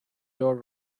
your